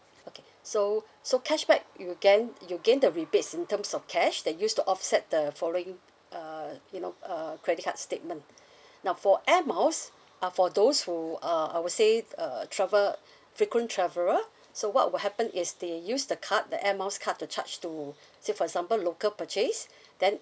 okay so so cashback you will gain you will gain the rebates in terms of cash that used to offset the following err you know err credit card's statement now for air miles are for those who uh I would say uh travel frequent traveller so what will happen is they use the card the air miles card to charge to say for example local purchase then